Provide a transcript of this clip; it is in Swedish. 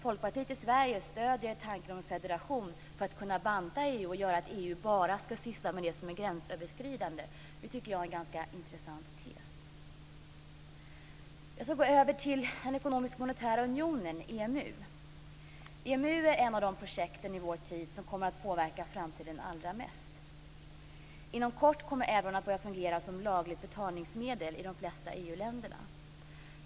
Folkpartiet i Sverige stöder tanken om en federation för att kunna banta EU och göra att EU bara ska syssla med det som är gränsöverskridande. Det tycker jag är en ganska intressant tes. Jag ska gå över till den ekonomiska och monetära unionen, EMU. EMU är ett av de projekt i vår tid som kommer att påverka framtiden allra mest. Inom kort kommer euron att börja fungera som lagligt betalningsmedel i de flesta EU-länder.